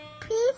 Please